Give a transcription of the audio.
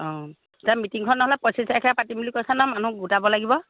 অঁ এতিয়া মিটিংখন নহ'লে পঁচিছ তাৰিখে পাতিম বুলি কৈছে নহয় মানুহ গোটাব লাগিব